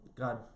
God